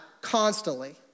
constantly